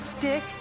dick